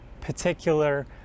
particular